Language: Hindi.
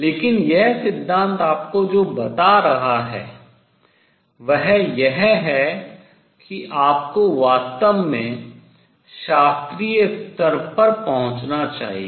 लेकिन यह सिद्धांत आपको जो बता रहा है वह यह है कि आपको वास्तव में शास्त्रीय स्तर पर पहुंचना चाहिए